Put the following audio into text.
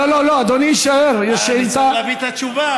אדוני יישאר, יש שאילתה.